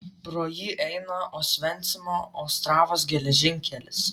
pro jį eina osvencimo ostravos geležinkelis